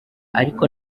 ariko